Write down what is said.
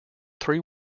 three